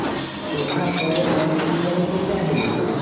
सूखा पड़े पर की करे के चाहि